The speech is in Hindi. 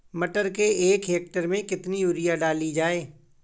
मटर के एक हेक्टेयर में कितनी यूरिया डाली जाए?